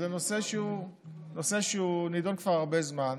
נושא שנדון כבר הרבה זמן.